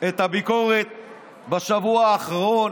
את הביקורת בשבוע האחרון